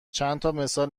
چندتامثال